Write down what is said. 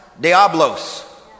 Diablos